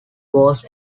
was